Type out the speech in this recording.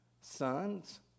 sons